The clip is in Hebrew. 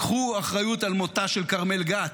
קחו אחריות על מותה של כרמל גת,